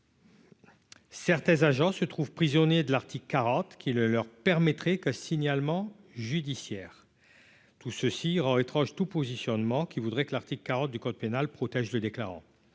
Certains agents se trouve prisonnier de l'Arctique 40 qui le leur permettrait que signalement judiciaire tout ceci rend étrange tout positionnement qui voudrait que l'article 40 du code pénal protège du déclarant